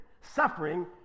Suffering